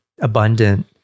abundant